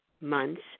months